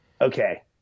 okay